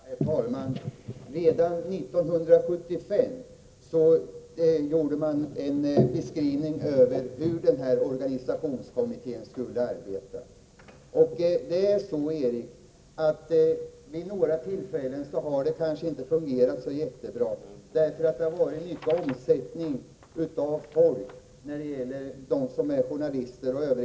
Herr talman! Redan 1975 gjordes en beskrivning av hur organisationskommittén skulle arbeta. Vid några tillfällen har det kanske inte fungerat så bra, därför att det har varit en viss omsättning av journalister och övriga anställda på Värnpliktsnytt.